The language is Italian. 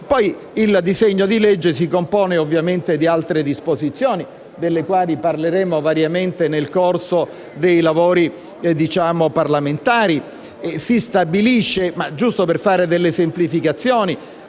Poi, il disegno di legge si compone ovviamente di altre disposizioni, delle quali parleremo variamente nel corso dei lavori parlamentari. Si stabilisce, per fare delle semplificazioni,